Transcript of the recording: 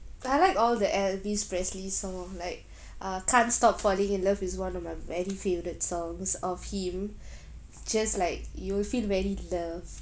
I like all the elvis presley song like uh can't stop falling in love is one of my very favorite songs of him just like you'll feel very loved